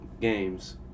games